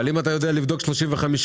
אבל אם אתה יודע לבדוק 35 אחוזים,